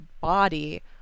body